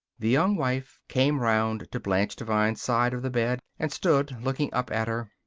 the young wife came round to blanche devine's side of the bed and stood looking up at her.